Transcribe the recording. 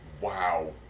Wow